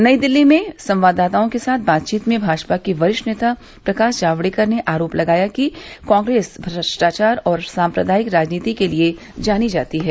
नई दिल्ली में संवाददाताओं के साथ बातचीत में भाजपा के वरिष्ठ नेता प्रकाश जावड़ेकर ने आरोप लगाया कि कांग्रेस भ्रष्टाचार और सम्प्रादायिक राजनीति के लिए जानी जाती है